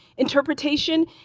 interpretation